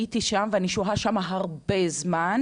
אני הייתי שם ואני שוהה שם הרבה זמן,